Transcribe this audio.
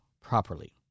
properly